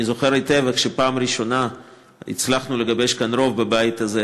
אני זוכר היטב איך בפעם הראשונה הצלחנו לגבש כאן רוב בבית הזה,